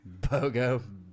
BOGO